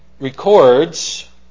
Records